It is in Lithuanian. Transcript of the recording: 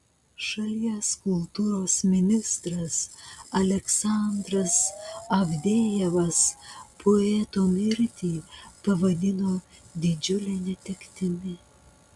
šalies kultūros ministras aleksandras avdejevas poeto mirtį pavadino didžiule netektimi